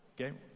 Okay